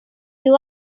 you